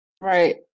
Right